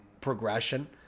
progression